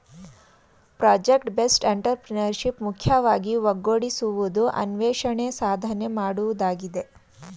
project based entrepreneurship ಮುಖ್ಯವಾಗಿ ಒಗ್ಗೂಡಿಸುವುದು, ಅನ್ವೇಷಣೆ, ಸಾಧನೆ ಮಾಡುವುದಾಗಿದೆ